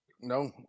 No